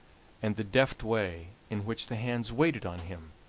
and the deft way in which the hands waited on him,